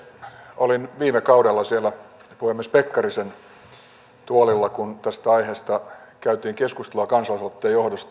olin viime kaudella siellä puhemies pekkarisen tuolilla kun tästä aiheesta käytiin keskustelua kansalaisaloitteen johdosta